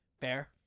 Fair